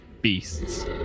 beasts